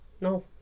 No